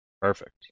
Perfect